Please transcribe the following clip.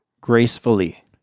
gracefully